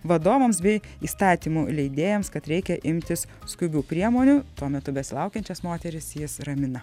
vadovams bei įstatymų leidėjams kad reikia imtis skubių priemonių tuo metu besilaukiančios moterys jas ramina